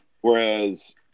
Whereas